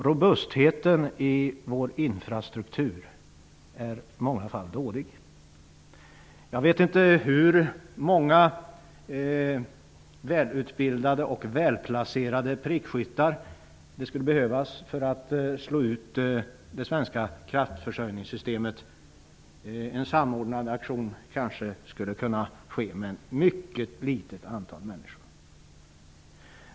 Robustheten i vår infrastruktur är i många fall dålig. Jag vet inte hur många välutbildade och välplacerade prickskyttar det skulle behövas för att slå ut det svenska kraftförsörjningssystemet. Det skulle kanske kunna ske genom en samordnande aktion med ett mycket litet antal människor.